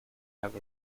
have